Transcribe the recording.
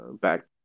back